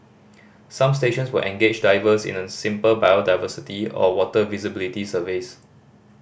some stations will engage divers in a simple biodiversity or water visibility surveys